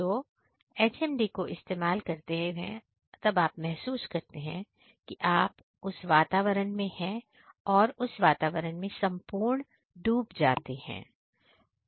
तो HMD को इस्तेमाल करते हैं तब आप महसूस कर सकते हैं कि आप उस वातावरण मैं डूब जाते हैं